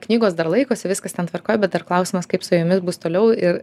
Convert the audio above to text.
knygos dar laikosi viskas ten tvarkoj bet dar klausimas kaip su jumis bus toliau ir